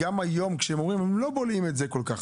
גם היום הם אומרים שהם לא בולעים את זה כל כך.